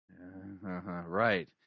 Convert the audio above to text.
Right